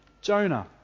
Jonah